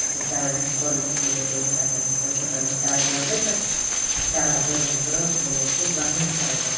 ओहि से चार्ज हम कऽ लै छियै जत्ते गोटा छथिन सभ गोटा ओहिमे चार्ज लगबै छथिन आ चार्ज होइ जा है तुरत हो जा है खूब बढ़िऑं चार्जर है